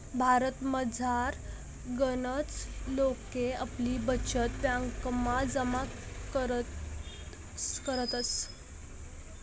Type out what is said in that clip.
भारतमझार गनच लोके आपली बचत ब्यांकमा जमा करतस